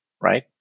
right